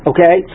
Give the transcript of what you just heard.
Okay